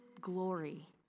glory